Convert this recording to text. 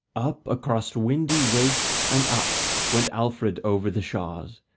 up across windy wastes and up went alfred over the shaws,